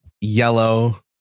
yellow